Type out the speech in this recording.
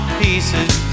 pieces